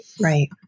right